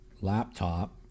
laptop